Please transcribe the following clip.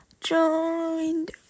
joined